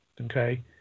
okay